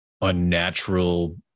unnatural